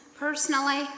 Personally